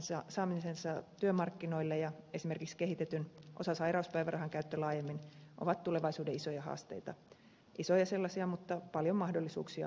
heidän saamisensa työmarkkinoille ja esimerkiksi kehitetyn osasairauspäivärahan käyttö laajemmin ovat tulevaisuuden isoja haasteita isoja sellaisia mutta paljon mahdollisuuksia luovia myöskin